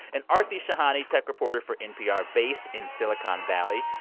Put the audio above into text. and aarti shahani, tech reporter for npr based in silicon valley.